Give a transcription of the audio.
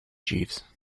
jeeves